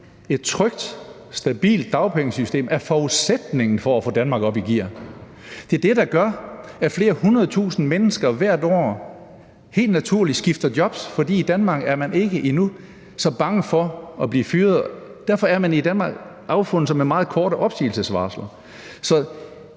Et trygt, stabilt dagpengesystem er forudsætningen for at få Danmark op i gear. Det er det, der gør, at flere hundredtusind mennesker hvert år helt naturligt skifter job, for i Danmark er man ikke, endnu, så bange for at blive fyret. Derfor har man i Danmark affundet sig med meget korte opsigelsesvarsler.